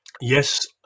Yes